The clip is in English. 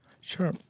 Sure